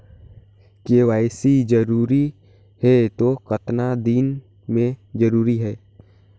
KYC जरूरी हे तो कतना दिन मे जरूरी है?